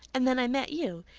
and then i met you.